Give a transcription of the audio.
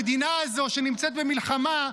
המדינה הזו שנמצאת במלחמה,